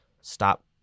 Stop